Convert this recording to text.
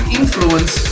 influence